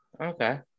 Okay